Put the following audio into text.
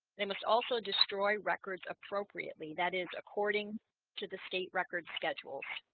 they must also destroy records appropriately that is according to the state records schedule